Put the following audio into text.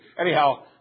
Anyhow